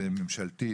זה ממשלתית?